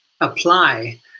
apply